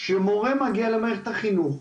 כשמורה מגיע למערכת החינוך,